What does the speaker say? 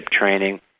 training